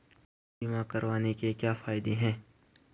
बीमा करवाने के क्या फायदे हैं?